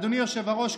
אדוני היושב-ראש,